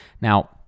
Now